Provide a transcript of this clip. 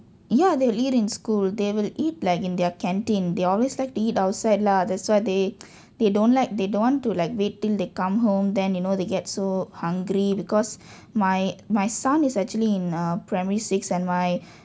ya they'll eat in school they will eat like in their canteen they always like to eat outside lah that's why they they don't like they don't want to like wait till they come home then you know they get so hungry because my my son is actually in err primary six and my